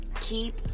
keep